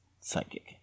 psychic